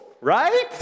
right